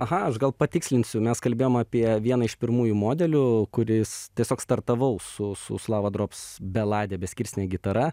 aha aš gal patikslinsiu mes kalbėjom apie vieną iš pirmųjų modelių kuris tiesiog startavau su su lava drops belade beskirstine gitara